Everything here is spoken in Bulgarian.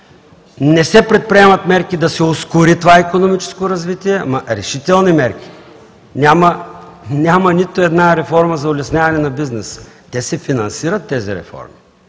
Не се предприемат мерки да се ускори това икономическо развитие, ама, решителни мерки, няма нито една реформа за улесняване на бизнеса. Те се финансират – тези реформи,